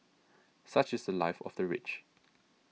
such is the Life of the rich